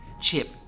Chip